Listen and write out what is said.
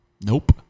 Nope